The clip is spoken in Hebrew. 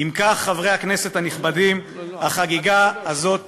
"אם כך, חברי הכנסת הנכבדים, החגיגה הזאת תיגמר.